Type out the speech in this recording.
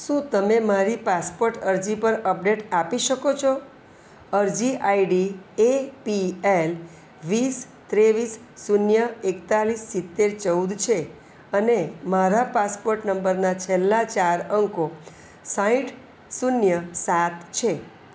શું તમે મારી પાસપોર્ટ અરજી પર અપડેટ આપી શકો છો અરજી આઈડી એ પી એલ વીસ ત્રેવીસ શૂન્ય એકતાલીસ સિત્તેર ચૌદ છે અને મારા પાસપોર્ટ નંબરના છેલ્લા ચાર અંકો સાઠ શૂન્ય સાત છે